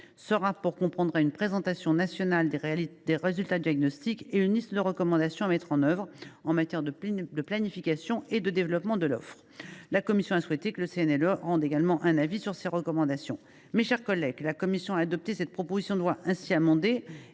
Ce rapport comprendrait une présentation nationale des résultats du diagnostic et une liste de recommandations à mettre en œuvre en matière de planification et de développement de l’offre d’hébergement. La commission a souhaité que le CNLE rende un avis sur ces recommandations. Mes chers collègues, la commission a adopté cette proposition de loi ainsi amendée